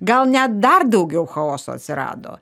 gal net dar daugiau chaoso atsirado